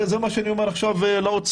זה מה שאני אומר עכשיו לאוצר.